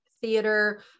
theater